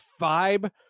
vibe